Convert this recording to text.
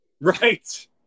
Right